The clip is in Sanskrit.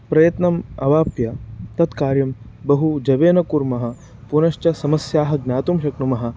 प्रयत्नम् अवाप्य तत् कार्यं बहु जवेन कुर्मः पुनश्च समस्याः ज्ञातुं शक्नुमः